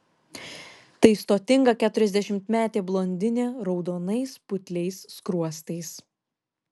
tai stotinga keturiasdešimtmetė blondinė raudonais putliais skruostais